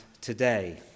today